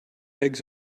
eggs